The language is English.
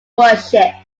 worship